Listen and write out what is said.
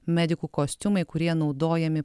medikų kostiumai kurie naudojami